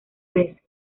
vez